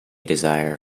desire